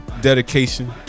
Dedication